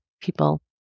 people